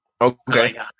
Okay